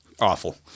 awful